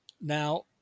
now